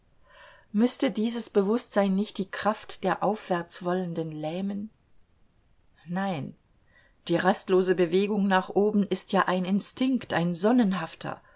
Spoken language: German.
müßte dieses bewußtsein nicht die kraft der aufwärtswollenden lähmen nein die rastlose bewegung nach oben ist ja ein instinkt ein sonnenhafter